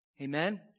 Amen